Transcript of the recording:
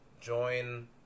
join